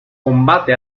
combate